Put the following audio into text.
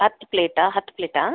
ಹತ್ತು ಪ್ಲೇಟಾ ಹತ್ತು ಪ್ಲೇಟಾ